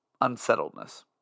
unsettledness